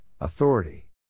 authority